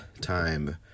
time